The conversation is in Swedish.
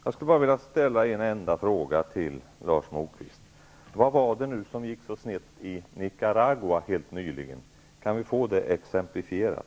Jag skulle vilja ställa en enda fråga till Lars Moquist: Vad var det som gick så snett i Nicaragua helt nyligen? Kan vi få det exemplifierat?